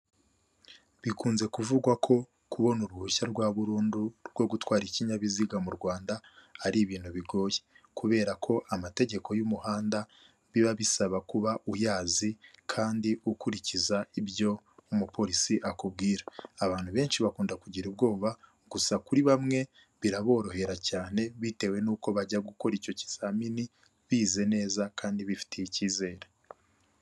Bikunze kuvugwa ko kubona uruhushya rwa burundu rwo gutwara ikinyabiziga mu rwanda, ari ibintu bigoye kubera ko amategeko y'umuhanda biba bisaba kuba uyazi kandi ukurikiza ibyo umupolisi akubwira. Abantu benshi bakunda kugira ubwoba gusa kuri bamwe biraborohera cyane bitewe n'uko bajya gukora icyo kizamini, bize neza kandi bifitiye icyizere.